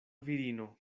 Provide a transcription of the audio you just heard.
virino